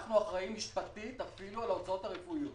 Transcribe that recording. אנחנו אחראים משפטית על ההוצאות הרפואיות